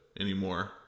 anymore